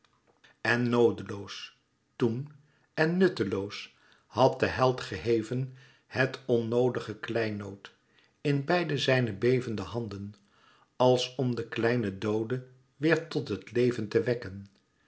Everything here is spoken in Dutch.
en noodeloos toen en nutteloos had de held geheven het onnoodige kleinood in beide zijne bevende handen als om de kleine doode weêr tot het leven te wekken